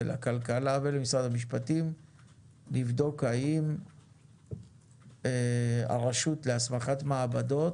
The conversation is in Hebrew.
לכלכלה ולמשרד המשפטים לבדוק אם הרשות להסמכת מעבדות